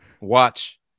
watch